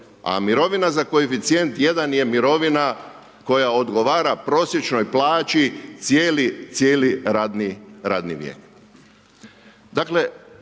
a mirovina za koeficijent 1 je mirovina koja odgovara prosječnoj plaći cijeli radni vijek.